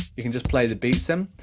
you can just play the beats in.